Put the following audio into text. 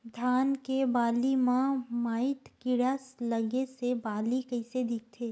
धान के बालि म माईट कीड़ा लगे से बालि कइसे दिखथे?